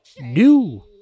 new